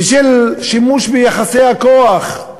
ושל שימוש ביחסי הכוח.